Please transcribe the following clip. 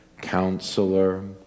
Counselor